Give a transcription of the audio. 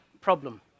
problem